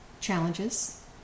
challenges